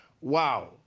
Wow